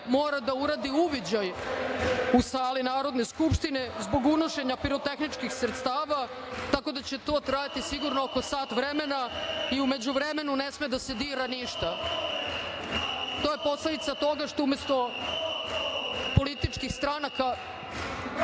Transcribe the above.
mora da uradi uviđaj u sali Narodne skupštine zbog unošenja pirotehničkih sredstava, tako da će to trajati sigurno oko sat vremena i u međuvremenu ne sme da se dira ništa. To je posledica toga što umesto političkih stranaka